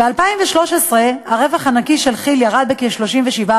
ב-2013 הרווח הנקי של כי"ל ירד ב-37%,